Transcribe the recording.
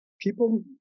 people